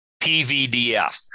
PVDF